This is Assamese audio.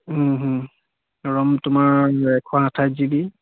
ৰোম তোমাৰ এশ আঠাইছ জি বি